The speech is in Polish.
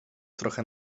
trochę